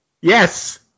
Yes